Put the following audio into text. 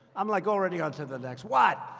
i'm like already on to the next. what?